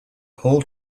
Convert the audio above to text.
whole